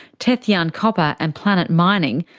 tethyan copper and planet mining,